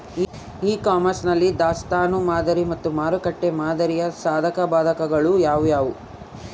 E commerce ನಲ್ಲಿ ದಾಸ್ತನು ಮಾದರಿ ಮತ್ತು ಮಾರುಕಟ್ಟೆ ಮಾದರಿಯ ಸಾಧಕಬಾಧಕಗಳು ಯಾವುವು?